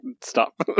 stop